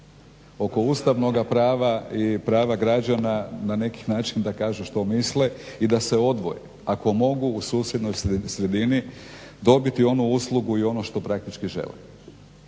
oko ustavnoga prava i prava građana, na neki način da kažu što misle i da se odvoje, ako mogu u susjednoj sredini dobiti onu uslugu i ono što praktički žele.